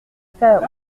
pas